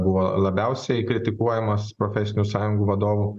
buvo labiausiai kritikuojamas profesinių sąjungų vadovų